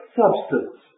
substance